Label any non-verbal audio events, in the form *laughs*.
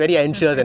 *laughs*